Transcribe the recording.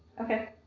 Okay